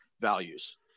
values